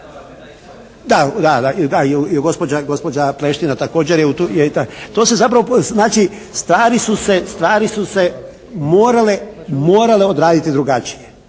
Da, da, da. I gospođa Pleština također je u tu, to se zapravo, znači stvari su se morale odraditi drugačije.